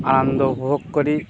আনন্দ উপভোগ করি